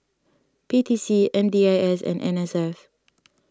P T C M D I S and N S F